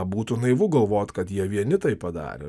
būtų naivu galvot kad jie vieni tai padarė